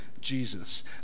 Jesus